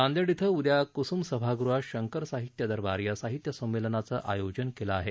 नांदेड शि उद्या क्रूसुम सभागृहात शंकर साहित्य दरबार या साहित्य संमेलनाचं आयोजन केलं आहे